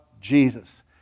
Jesus